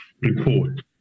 report